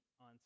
on